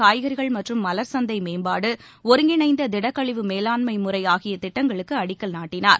காய்கறிகள் மற்றும் மவர் சந்தை மேம்பாடு ஒருங்கிணைந்த திடக்கழிவு மேலாண்மை முறை ஆகிய திட்டங்களுக்கு அடிக்கல் நாட்டினார்